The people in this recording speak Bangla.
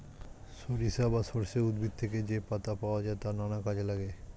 সরিষা বা সর্ষে উদ্ভিদ থেকে যে পাতা পাওয়া যায় তা নানা কাজে লাগে